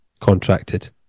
contracted